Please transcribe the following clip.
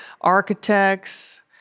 architects